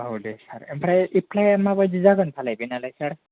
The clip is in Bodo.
औ दे सार ओमफ्राय एप्लाइया माबादि जागोन फालाय बेनालाय सार